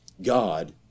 God